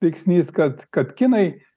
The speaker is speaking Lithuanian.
veiksnys kad kad kinai